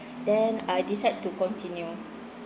then I decide to continue